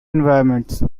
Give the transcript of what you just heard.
environments